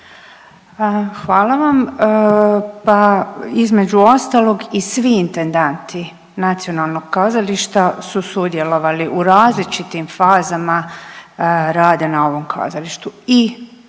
Hvala vam. Pa između ostalog i svi intendant nacionalnog kazališta su sudjelovali u različitim fazama rada na ovom kazalištu